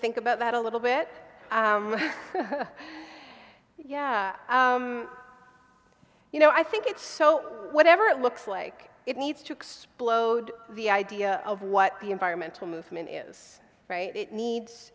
think about that a little bit yeah you know i think it's so whatever it looks like it needs to explode the idea of what the environmental movement is it needs